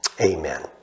Amen